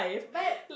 but